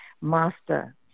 master